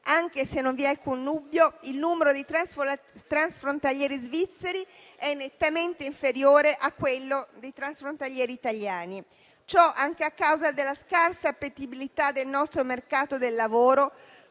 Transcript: anche se non vi è alcun dubbio che il numero di transfrontalieri svizzeri è nettamente inferiore a quello dei transfrontalieri italiani; ciò anche a causa della scarsa appetibilità del nostro mercato del lavoro,